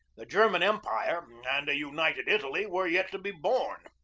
the german empire and a united italy were yet to be born.